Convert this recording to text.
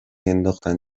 انداختن